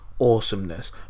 awesomeness